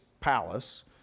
palace